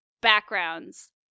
backgrounds